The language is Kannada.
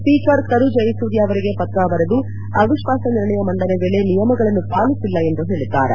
ಸ್ಸೀಕರ್ ಕರು ಜಯಸೂರ್ಯ ಅವರಿಗೆ ಪತ್ರ ಬರೆದು ಅವಿಶ್ವಾಸ ನಿರ್ಣಯ ಮಂಡನೆ ವೇಳೆ ನಿಯಮಗಳನ್ನು ಪಾಲಿಸಿಲ್ಲ ಎಂದು ಹೇಳಿದ್ದಾರೆ